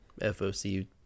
FOC